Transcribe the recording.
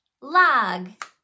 log